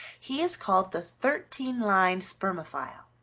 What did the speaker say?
he is called the thirteen-lined spermophile.